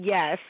Yes